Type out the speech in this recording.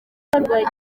amakarita